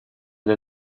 dai